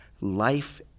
Life